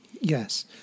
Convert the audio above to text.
Yes